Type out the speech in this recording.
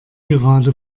gerade